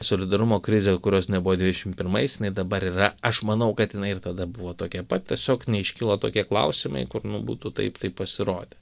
solidarumo krizę kurios nebuvo dvidešimt pirmais jinai dabar yra aš manau kad jinai ir tada buvo tokia pat tiesiog neiškilo tokie klausimai kur nu būtų tai tai pasirodę